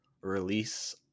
release